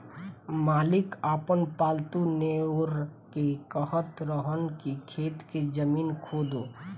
मालिक आपन पालतु नेओर के कहत रहन की खेत के जमीन खोदो